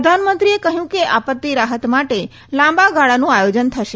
પ્રધાનમંત્રીએ કહ્યું કે આપત્તિ રાહત માટે લાંબાગાળાનું આયોજન થશે